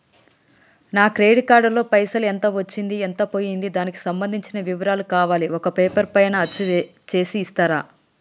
నా credit card లో పైసలు ఎంత వచ్చింది ఎంత పోయింది దానికి సంబంధించిన వివరాలు కావాలి ఒక పేపర్ పైన అచ్చు చేసి ఇస్తరా?